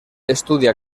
estudia